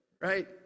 right